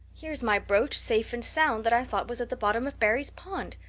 here's my brooch safe and sound that i thought was at the bottom of barry's pond.